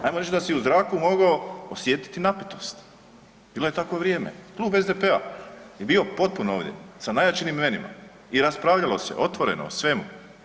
Hajmo reći da si u zraku mogao osjetiti napetost, bilo je takvo vrijeme, klub SDP-a je bio potpuno ovdje sa najjačim imenima i raspravljalo se otvoreno o svemu.